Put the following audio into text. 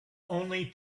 only